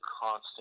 constant